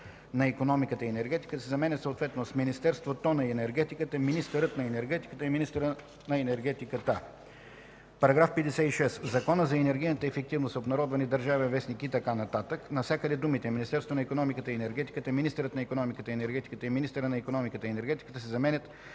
на икономиката и енергетиката” се заменят съответно с „Министерството на енергетиката”, „министърът на енергетиката” и „министъра на енергетиката”. § 56. В Закона за енергийната ефективност (обн., ДВ, бр...) навсякъде думите „Министерството на икономиката и енергетиката”, „министърът на икономиката и енергетиката” и „министъра на икономиката и енергетиката” се заменят